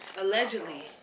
allegedly